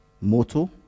motor